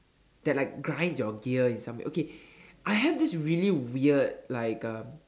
that like grinds your gear in some okay I have this really weird like um